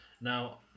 Now